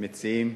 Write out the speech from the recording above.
המציעים,